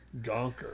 Gonker